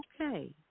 Okay